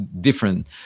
different